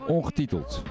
Ongetiteld